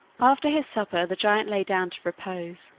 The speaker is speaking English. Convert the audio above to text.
after his supper the giant lay down to repose,